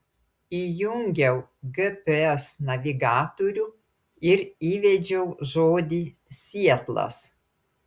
įjungiau gps navigatorių ir įvedžiau žodį sietlas